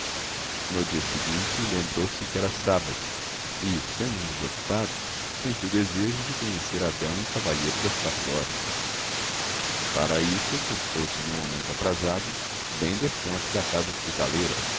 no dia seguinte lembrou-se que era sábado e sendo um desocupado sentiu desejos de conhecer a dama e o cavalheiro das quatro horas para isso postou-se no momento aprazado bem defronte da casa hospitaleira